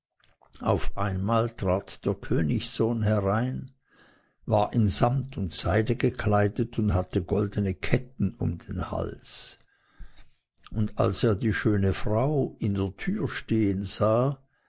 auf einmal trat der königssohn herein war in samt und seide gekleidet und hatte goldene ketten um den hals und als er die schöne frau in der türe stehen sah